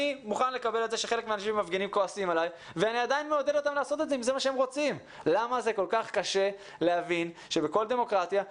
חלק ממה שהם עושים בשבת זה להביע את מורת רוחם